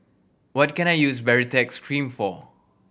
what can I use Baritex Cream for